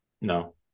No